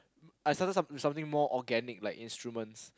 I started some something more organic like instruments